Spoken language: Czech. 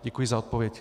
Děkuji za odpověď.